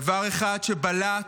דבר אחד שבלט,